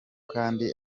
kandi